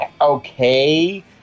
okay